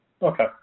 Okay